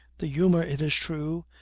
the humor, it is true,